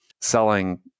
selling